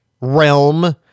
realm